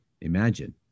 Imagine